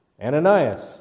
Ananias